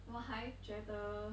我还觉得